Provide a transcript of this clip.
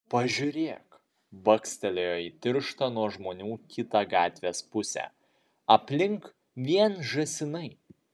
pažiūrėk bakstelėjo į tirštą nuo žmonių kitą gatvės pusę aplink vien žąsinai